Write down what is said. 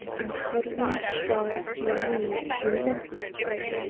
and huddling strive to elude relentless fate.